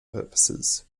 purposes